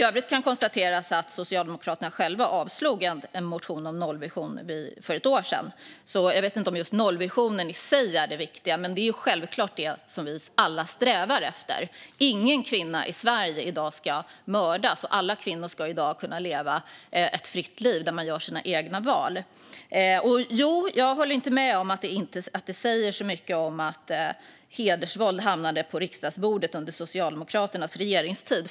Jag vet inte om nollvisionen i sig är det viktiga, men självklart är det vad vi alla strävar efter. Ingen kvinna i Sverige i dag ska mördas. Alla kvinnor ska i dag kunna leva ett fritt liv där man gör sina egna val. I övrigt kan konstateras att Socialdemokraterna själva avslog en motion om nollvision för ett år sedan. Jag håller inte med om att det säger så mycket att hedersvåld hamnade på riksdagens bord under Socialdemokraternas regeringstid.